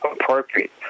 appropriate